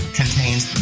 contains